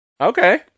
Okay